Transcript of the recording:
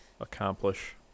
accomplish